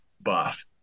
buff